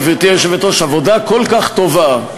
גברתי היושבת-ראש, עבודה כל כך טובה,